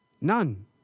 None